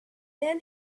then